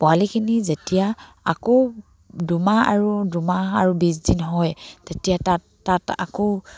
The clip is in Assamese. পোৱালিখিনি যেতিয়া আকৌ দুমাহ আৰু দুমাহ আৰু বিছদিন হয় তেতিয়া তাত তাত আকৌ